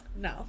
no